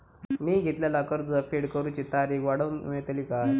मी घेतलाला कर्ज फेड करूची तारिक वाढवन मेलतली काय?